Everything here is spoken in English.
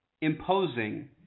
imposing